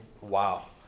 Wow